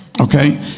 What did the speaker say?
okay